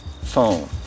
phone